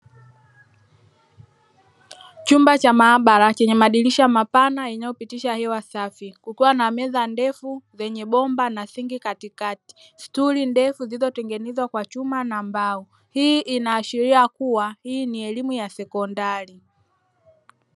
Chumba cha maabara chenye madirisha mapana yanayopitisha hewa safi, kukiwa na meza ndefu zenye bomba na sinki katikati, stuli ndege zilizotengenezwa kwa chuma na mbao; hii inaashiria kuwa hii ni elimu ya sekondari.